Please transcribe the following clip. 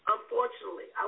Unfortunately